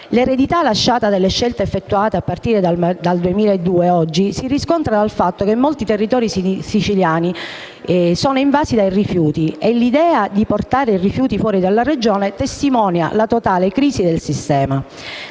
L'eredità lasciata dalle scelte effettuate a partire dal 2002, oggi, si riscontra nel fatto che molti territori siciliani sono invasi dai rifiuti e l'idea di portare i rifiuti fuori dalla Regione testimonia la totale crisi del sistema.